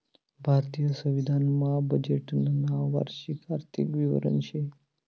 भारतीय संविधान मा बजेटनं नाव वार्षिक आर्थिक विवरण शे